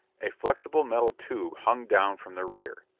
a flexible metal tube hung down from the rear.